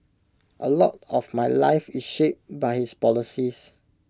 A lot of my life is shaped by his policies